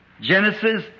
Genesis